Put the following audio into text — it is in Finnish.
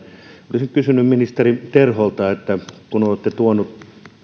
olisin joka tapauksessa kysynyt ministeri terholta että kun olette tuonut